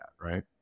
right